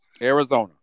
Arizona